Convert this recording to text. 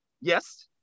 Yes